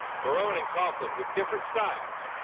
marone and coughlin with different styles,